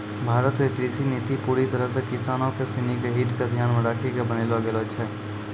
भारत के कृषि नीति पूरी तरह सॅ किसानों सिनि के हित क ध्यान मॅ रखी क बनैलो गेलो छै